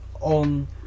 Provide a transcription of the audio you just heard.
on